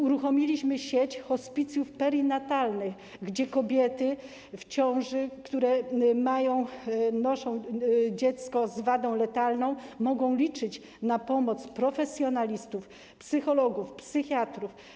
Uruchomiliśmy sieć hospicjów perinatalnych, w których kobiety w ciąży, które noszą dziecko z wadą letalną, mogą liczyć na pomoc profesjonalistów, psychologów, psychiatrów.